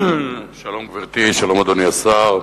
שלום, גברתי, שלום, אדוני השר,